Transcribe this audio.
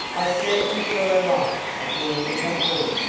i certainly saw a light at the end of the hall,